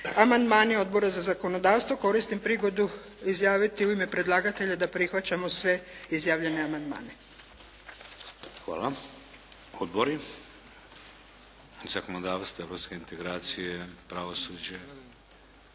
amandmani Odbora za zakonodavstvo koristim prigodu izjaviti u ime predlagatelja da prihvaćamo sve izjavljene amandmane. **Šeks, Vladimir (HDZ)** Hvala. Odbori zakonodavstva, europske integracije, pravosuđe?